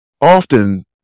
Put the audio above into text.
often